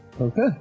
Okay